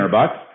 bucks